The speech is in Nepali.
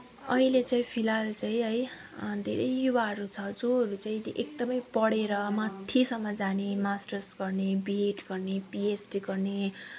अहिले चाहिँ फिलहाल चाहिँ है धेरै युवाहरू छ जोहरू चाहिँ एकदमै पढेर माथिसम्म जाने मास्टर्स गर्ने बिए़ड गर्ने पिएचडी गर्ने